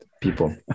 people